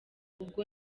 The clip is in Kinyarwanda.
ubwo